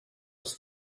was